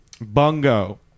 Bungo